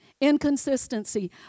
inconsistency